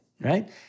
right